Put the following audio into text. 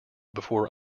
before